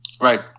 Right